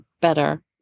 better